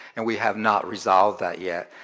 and we have not resolved that yet.